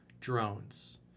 drones